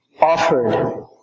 offered